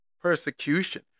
persecution